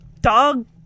dog